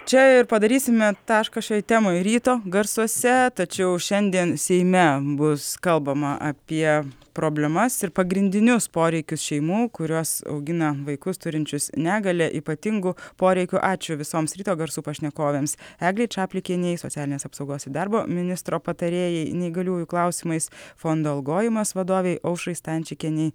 čia ir padarysime tašką šioj temoj ryto garsuose tačiau šiandien seime bus kalbama apie problemas ir pagrindinius poreikius šeimų kurios augina vaikus turinčius negalią ypatingų poreikių ačiū visoms ryto garsų pašnekovėms eglei čaplikienei socialinės apsaugos ir darbo ministro patarėjai neįgaliųjų klausimais fondo algojimas vadovei aušrai stančikienei